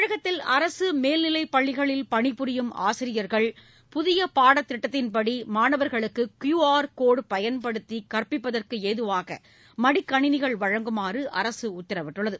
தமிழகத்தில் அரசு மேல்நிலைப் பள்ளிகளில் பணிபுரியும் ஆசிரியர்கள் புதிய பாடத்திட்டத்தின்படி மாணவா்களுக்கு க்யூஆர் கோட் பயன்படுத்தி கற்பிப்பதற்கேதுவாக மடிக்கணினிகள் வழங்குமாறு அரசு உத்தரவிட்டுள்ளது